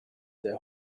their